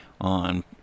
on